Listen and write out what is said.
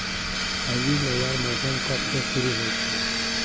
हल्दी लगवार मौसम कब से शुरू होचए?